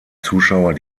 zuschauer